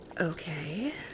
Okay